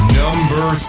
number